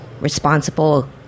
responsible